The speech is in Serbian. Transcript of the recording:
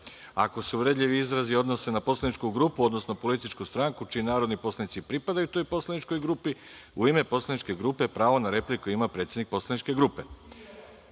Ako se uvredljivi izrazi odnose na poslaničku grupu, odnosno političku stranku čiji narodni poslanici pripadaju toj poslaničkoj grupi u ime poslaničke grupe pravo na repliku ima predsednik poslaničke grupe